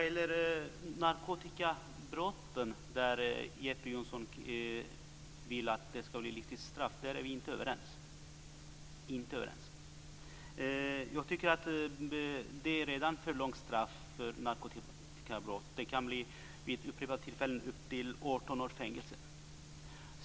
Fru talman! Jeppe Johnsson vill att man ska ha livstidsstraff i fråga om narkotikabrott. Där är vi inte överens. Jag tycker att det redan är för långa straff för narkotikabrott. Vid upprepade brott kan det bli upp till 18 års fängelse.